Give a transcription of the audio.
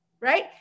right